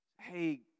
Hey